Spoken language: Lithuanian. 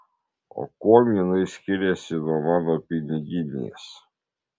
o kuom jinai skiriasi nuo mano piniginės